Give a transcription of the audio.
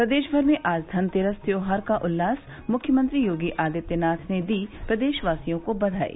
प्रदेश भर में आज धनतेरस त्यौहार का उल्लास मुख्यमंत्री योगी आदित्यनाथ ने दी प्रदेशवासियों को बधाई